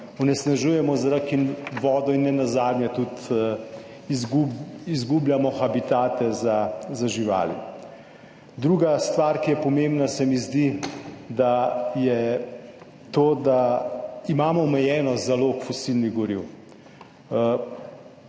onesnažujemo zrak in vodo in nenazadnje tudi izgubljamo habitate za živali. Druga stvar, ki se mi zdi pomembna, je to, da imamo omejenost zalog fosilnih goriv.